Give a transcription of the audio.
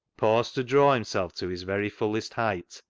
paused to draw himself to his very fullest height,